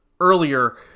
earlier